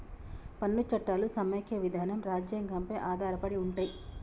పన్ను చట్టాలు సమైక్య విధానం రాజ్యాంగం పై ఆధారపడి ఉంటయ్